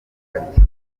ntakarye